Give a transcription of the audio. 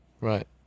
Right